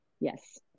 yes